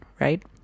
right